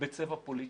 בצבע פוליטי.